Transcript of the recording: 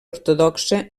ortodoxa